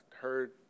heard